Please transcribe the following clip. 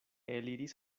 eliris